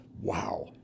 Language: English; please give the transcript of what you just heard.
Wow